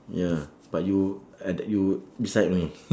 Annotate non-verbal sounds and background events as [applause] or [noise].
ya but you at uh you beside me [laughs]